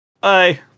Bye